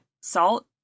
salt